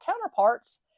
counterparts